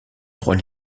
trois